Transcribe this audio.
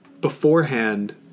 beforehand